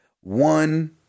one